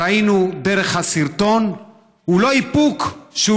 ראינו דרך הסרטון הוא לא איפוק שהוא